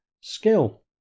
skill